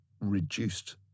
reduced